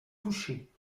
touchés